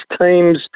teams